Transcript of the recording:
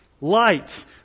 Light